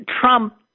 Trump